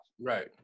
right